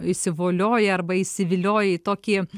įsivolioja arba įsivilioja į tokį